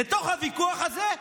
לתוך הוויכוח הזה,